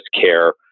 care